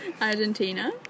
Argentina